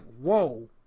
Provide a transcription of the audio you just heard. whoa